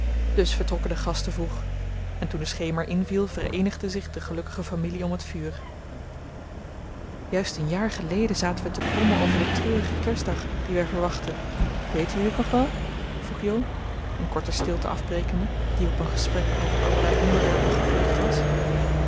dus vertrokken de gasten vroeg en toen de schemer inviel vereenigde zich de gelukkige familie om het vuur juist een jaar geleden zaten we te brommen over den treurigen kerstdag dien wij verwachtten weet jullie t nog wel vroeg jo een korte stilte afbrekende die op een gesprek over allerlei onderwerpen gevolgd was